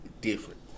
different